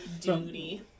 Duty